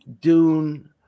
dune